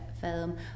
film